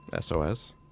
SOS